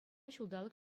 ҫулталӑк